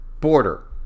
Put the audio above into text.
border